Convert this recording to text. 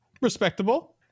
Respectable